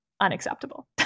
unacceptable